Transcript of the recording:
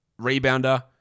rebounder